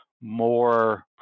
more